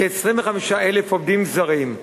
כ-25,000 עובדים זרים,